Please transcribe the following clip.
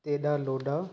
तेॾा लोॾा